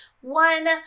one